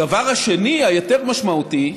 הדבר השני, היותר-משמעותי,